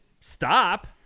stop